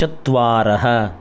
चत्वारः